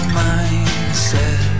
mindset